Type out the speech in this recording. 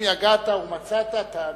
אם יגעת ומצאת, תאמין.